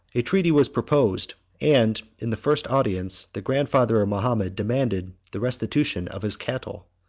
a treaty was proposed and, in the first audience, the grandfather of mahomet demanded the restitution of his cattle.